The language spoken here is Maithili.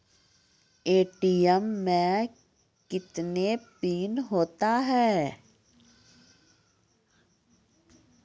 ए.टी.एम मे कितने पिन होता हैं?